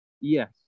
Yes